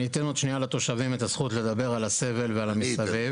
אני אתן עוד שנייה לתושבים את הזכות לדבר על הסבל ועל כל מה שמסביב.